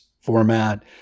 format